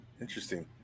interesting